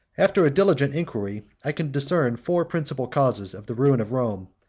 after a diligent inquiry, i can discern four principal causes of the ruin of rome,